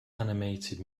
animated